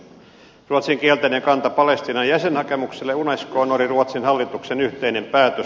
ruotsin kielteinen kanta palestiinan jäsenhakemukselle unescoon oli ruotsin hallituksen yhteinen päätös